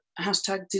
hashtag